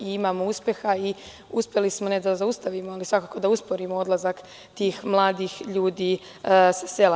Imamo uspeha i uspeli smo ne da zaustavimo, već svakako da usporimo odlazak tih mladih ljudi sa sela.